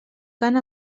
cant